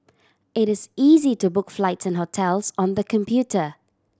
it is easy to book flights and hotels on the computer